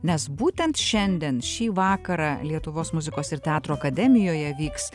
nes būtent šiandien šį vakarą lietuvos muzikos ir teatro akademijoje vyks